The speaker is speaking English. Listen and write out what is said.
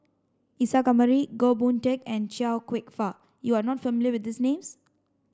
Isa Kamari Goh Boon Teck and Chia Kwek Fah you are not familiar with these names